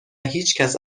هیچکس